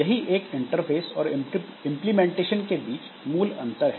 यही एक इंटरफ़ेस और इंप्लीमेंटेशन के बीच मूल अंतर है